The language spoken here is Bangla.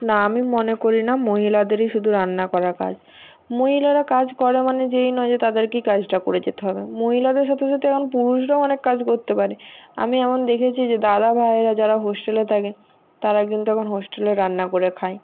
না আমি মনে করি না মহিলাদেরই শুধু রান্না করা কাজ মহিলারা কাজ করে মানে যে এই নয় যে তাদেরকেই কাজটা করে যেতে হবে মহিলাদের সাথে সাথে এখন পুরুষরাও অনেক কাজ করতে পারে আমি এমন দেখেছি যে দাদা ভাইয়েরা যারা হোস্টেলে থাকে তারা কিন্তু এখন হোস্টেলে রান্না করে খায়